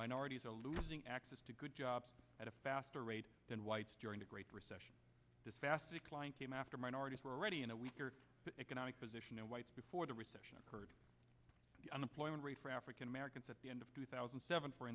minorities are losing access to good jobs at a faster rate than whites during the great recession this fast decline came after minorities were already in a weaker economic position whites before the recession occurred the unemployment rate for african americans at the end of two thousand and seven for